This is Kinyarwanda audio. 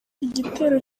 igitero